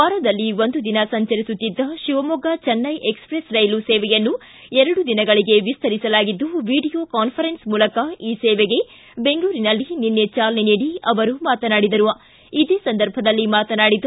ವಾರದಲ್ಲಿ ಒಂದು ದಿನ ಸಂಚರಿಸುತ್ತಿದ್ದ ಶಿವಮೊಗ್ಗ ಚೆನ್ನೈ ಎಕ್ಸ್ಪ್ರೆಸ್ ರೈಲು ಸೇವೆಯನ್ನು ಎರಡು ದಿನಗಳಿಗೆ ವಿಸ್ತರಿಸಲಾಗಿದ್ದು ವಿಡಿಯೋ ಕಾನ್ಫರೆನ್ಲ್ ಮೂಲಕ ಈ ಸೇವೆಗೆ ಬೆಂಗಳೂರಿನಲ್ಲಿ ನಿನ್ನೆ ಚಾಲನೆ ನೀಡಿ ಅವರು ಮಾತನಾಡಿದರು